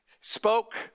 Spoke